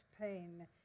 pain